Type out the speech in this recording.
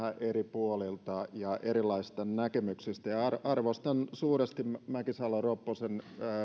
eri puolilta ja erilaisista näkemyksistä arvostan suuresti mäkisalo ropposen